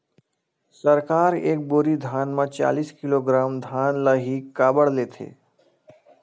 सरकार एक बोरी धान म चालीस किलोग्राम धान ल ही काबर लेथे?